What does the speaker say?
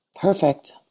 Perfect